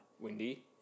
Windy